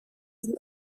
and